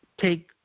Take